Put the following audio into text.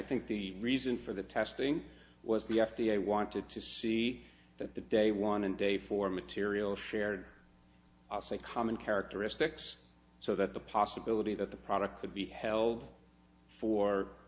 think the reason for the testing was the f d a wanted to see that the day one and day four material shared a common characteristics so that the possibility that the product could be held for